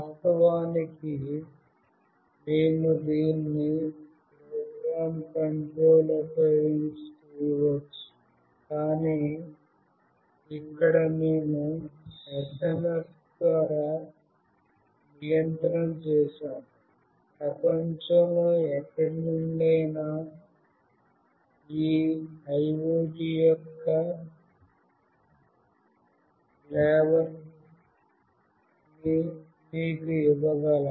వాస్తవానికి మేము దీన్ని ప్రోగ్రామ్ కంట్రోల్ ఉపయోగించి చేయవచ్చు కానీ ఇక్కడ మేము SMS ద్వారా నియంత్రణ చేశాము ప్రపంచంలో ఎక్కడి నుండైనా ఈ IoT యొక్క ఫ్లఅవోర్ ని మీకు ఇవ్వగలము